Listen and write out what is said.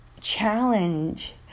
challenge